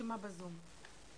הוורודים כאן אבל כל הרשימה ב-זום.